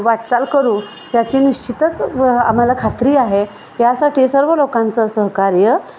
वाटचाल करू याची निश्चितच व आम्हाला खात्री आहे यासाठी सर्व लोकांचं सहकार्य